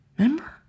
Remember